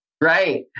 Right